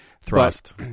thrust